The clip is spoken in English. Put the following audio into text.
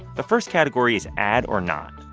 the first category is ad or not.